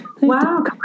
Wow